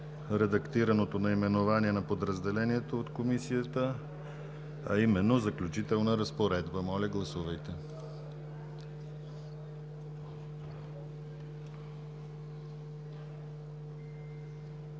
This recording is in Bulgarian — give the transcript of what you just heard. редактираното наименование на подразделението от Комисията – „Заключителна разпоредба“. Гласували